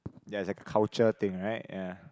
ya it's like a culture thing right ya